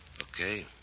Okay